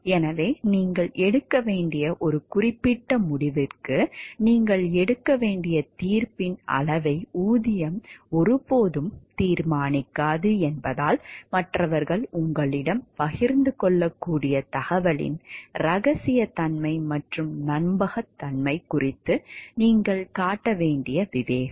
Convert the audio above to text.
எனவே நீங்கள் எடுக்க வேண்டிய ஒரு குறிப்பிட்ட முடிவுக்கு நீங்கள் எடுக்க வேண்டிய தீர்ப்பின் அளவை ஊதியம் ஒருபோதும் தீர்மானிக்காது என்பதால் மற்றவர்கள் உங்களுடன் பகிர்ந்து கொள்ளக்கூடிய தகவலின் ரகசியத்தன்மை மற்றும் நம்பகத்தன்மை குறித்து நீங்கள் காட்ட வேண்டிய விவேகம்